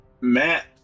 Matt